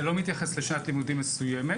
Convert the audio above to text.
זה לא מתייחס לשנת לימודים מסוימת,